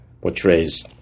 portrays